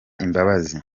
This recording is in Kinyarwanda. imbabazi